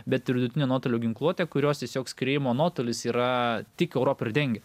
bet ir vidutinio nuotolio ginkluotę kurios tiesiog skriejimo nuotolis yra tik europą ir dengia